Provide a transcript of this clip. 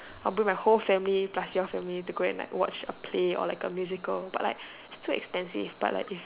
I'll bring my whole family plus your family to go and like watch a play or like a musical but like it's too expensive but like if I can